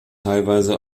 teilweise